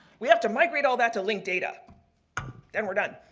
we have to migrate all that to link data then we're done.